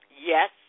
Yes